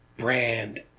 Brand